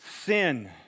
sin